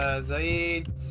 Zaid